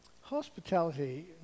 Hospitality